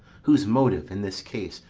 whose motive, in this case,